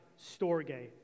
storge